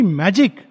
magic